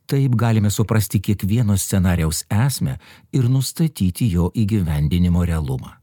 taip galime suprasti kiekvieno scenarijaus esmę ir nustatyti jo įgyvendinimo realumą